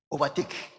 Overtake